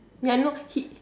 ya I know he